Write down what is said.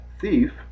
thief